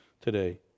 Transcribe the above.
today